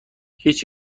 هیچ